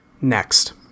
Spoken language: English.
Next